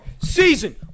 Season